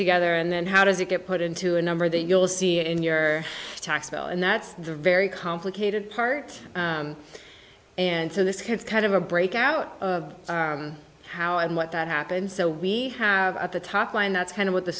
together and then how does it get put into a number that you'll see in your tax bill and that's the very complicated part and so this gets kind of a break out of how and what that happened so we have at the top line that's kind of what the